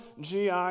GI